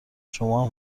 شما